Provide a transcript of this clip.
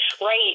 Right